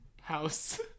house